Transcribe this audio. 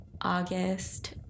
August